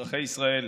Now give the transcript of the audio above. אזרחי ישראל,